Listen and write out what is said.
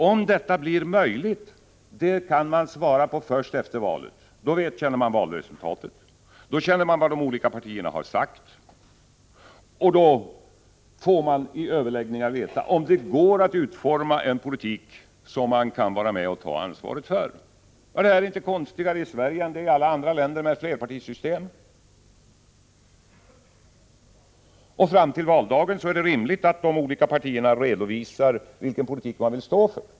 Om det blir möjligt — och det kan vi svara på först efter valet, då vi känner valresultatet och vet vad de olika partierna har sagt — får vi i överläggningar se om det går att utforma en politik som vi kan vara med och ta ansvar för. Det är inte konstigare i Sverige än i andra länder med flerpartisystem. Fram till valdagen är det rimligt att de olika partierna redovisar vilken politik som de vill stå för.